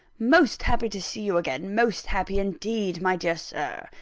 most happy to see you again most happy indeed, my dear sir,